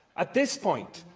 at this point,